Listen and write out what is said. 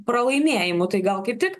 pralaimėjimu tai gal kaip tik